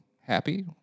happy